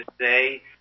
say